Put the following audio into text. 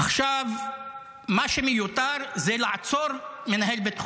מה שמיותר זה לעצור מנהל בית חולים.